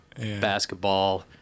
basketball